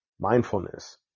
mindfulness